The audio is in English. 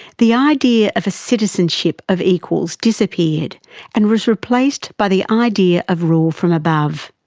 the idea of a citizenship of equals disappeared and was replaced by the idea of rule from above.